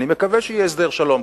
אני מקווה שיהיה הסדר שלום,